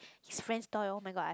his friend's toy oh-my-god I